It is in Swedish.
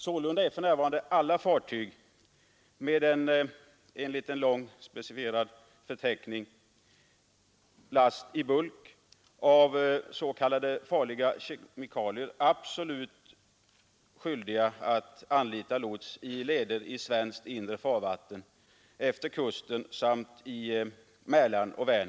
Sålunda är för närvarande alla fartyg med last i bulk av s.k. farliga kemikalier enligt en lång, specificerad förteckning absolut skyldiga att anlita lots i leder i svenskt inre farvatten samt i Mälaren och Vänern.